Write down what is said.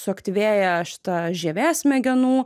suaktyvėja šita žievė smegenų